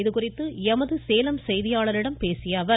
இதுகுறித்து எமது சேலம் செய்தியாளரிடம் பேசிய அவர்